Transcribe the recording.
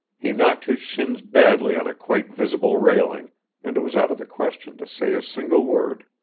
he knocked his shins badly on a quite visible railing and it was out of the question to say a single word.